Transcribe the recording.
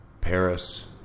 Paris